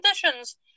conditions